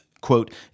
quote